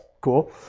cool